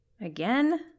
Again